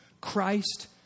Christ